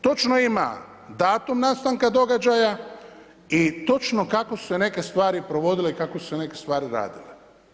Točno ima datum nastanka događaja i točno kako su se neke stvari provodile kako su se neke stvari radile.